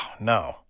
no